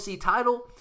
title